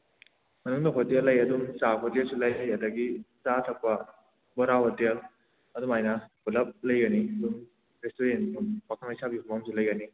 ꯃꯅꯨꯡꯗ ꯍꯣꯇꯦꯜ ꯂꯩꯌꯦ ꯑꯗꯨꯝ ꯆꯥ ꯍꯣꯇꯦꯜꯁꯨ ꯂꯩ ꯑꯗꯒꯤ ꯆꯥ ꯊꯛꯄ ꯕꯣꯔꯥ ꯍꯣꯇꯦꯜ ꯑꯗꯨꯃꯥꯏꯅ ꯄꯨꯂꯞ ꯂꯩꯒꯅꯤ ꯑꯗꯨꯝ ꯔꯦꯁꯇꯨꯔꯦꯟ ꯐꯝꯐꯝ ꯄꯥꯈꯪ ꯂꯩꯁꯥꯕꯤ ꯐꯝꯐꯝꯁꯨ ꯂꯩꯒꯅꯤ